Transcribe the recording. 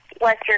Western